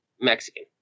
mexican